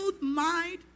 Mind